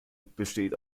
besteht